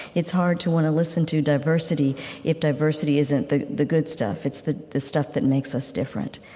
it's hard to want to listen to diversity if diversity isn't the the good stuff. it's the stuff that makes us different.